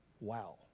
Wow